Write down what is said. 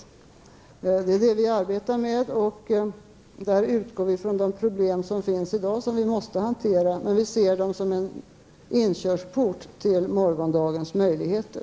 Det är detta vi arbetar med. Där utgår vi från de problem som finns i dag och som vi måste hantera. Men vi ser dem som en inkörsport till morgondagens möjligheter.